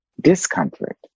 discomfort